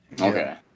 Okay